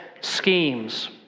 schemes